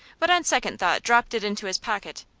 but on second thought dropped it into his pocket.